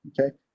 okay